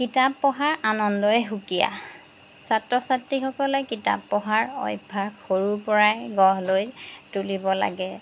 কিতাপ পঢ়াৰ আনন্দই সুকীয়া ছাত্ৰ ছাত্ৰীসকলে কিতাপ পঢ়াৰ অভ্যাস সৰুৰ পৰাই গঢ় লৈ তুলিব লাগে